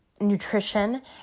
nutrition